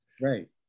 Right